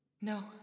No